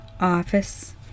office